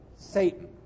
satan